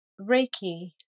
Reiki